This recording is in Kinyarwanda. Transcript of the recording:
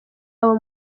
yabo